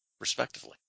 respectively